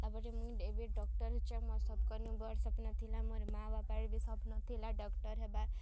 ତା'ର୍ ପରେ ମୁଇଁ ଏବେ ଡକ୍ଟର୍ ଅଛେ ମୋର୍ ସବକନୁ ବଡ଼ ସପ୍ନ ଥିଲା ମୋର୍ ମା ବାପାର ବି ସପ୍ନ ଥିଲା ଡକ୍ଚର୍ ହେବା